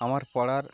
আমার পড়ার